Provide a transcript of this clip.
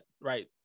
right